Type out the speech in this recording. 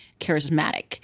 charismatic